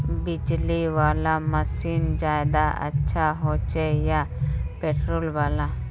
बिजली वाला मशीन ज्यादा अच्छा होचे या पेट्रोल वाला?